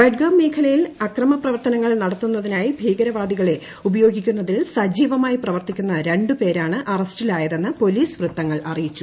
ബഡ്ഗാം മേഖലയിൽ അക്രമ പ്രവർത്തനങ്ങൾ നടത്തുന്നതിനായി ഭീകരവാദികളെ ഉപയോഗിക്കുന്നതിൽ സജീവമായി പ്രവർത്തിക്കുന്ന രണ്ടുപേരാണ് അറസ്റ്റിലായതെന്ന് പോലീസ് വൃത്തങ്ങൾ അറിയിച്ചു